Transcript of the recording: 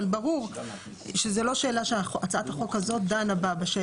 ברור שזאת לא שאלה שהצעת החוק הזאת דנה בה,